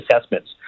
assessments